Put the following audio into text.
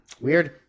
weird